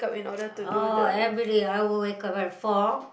oh everyday I will wake up at four